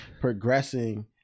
progressing